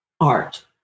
art